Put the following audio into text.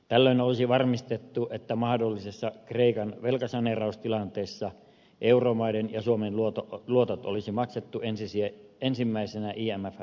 tällöin olisi varmistettu että mahdollisessa kreikan velkasaneeraustilanteessa euromaiden ja suomen luotot olisi maksettu ensimmäisenä imfn luottojen tapaan